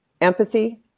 empathy